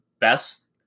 best